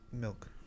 milk